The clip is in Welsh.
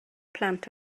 plant